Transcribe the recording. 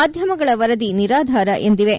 ಮಾಧ್ಯಮಗಳ ವರದಿ ನಿರಾಧಾರ ಎಂದಿವೆ